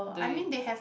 they